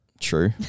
True